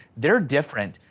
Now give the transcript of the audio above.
they're different,